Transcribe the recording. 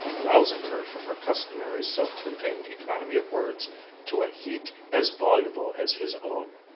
rousing her from her customary self-contained economy of words to a heat as voluble as his own.